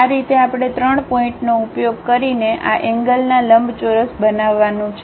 આ રીતે આપણે 3 પોઇન્ટનો ઉપયોગ કરીને આ એન્ગ્લના લંબચોરસ બનાવવાનું છે